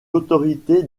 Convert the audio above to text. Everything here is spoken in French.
l’autorité